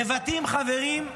נבטים, חברים,